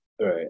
Right